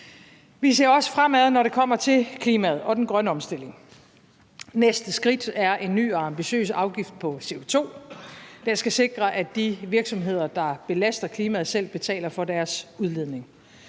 Vi ser også fremad, når det kommer til klimaet og den grønne omstilling. Det næste skridt er en ny og ambitiøs afgift på CO2. Den skal sikre, at de virksomheder, der belaster klimaet, selv betaler for deres udledning.